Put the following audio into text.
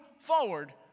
forward